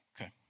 Okay